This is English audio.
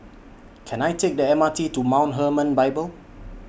Can I Take The M R T to Mount Hermon Bible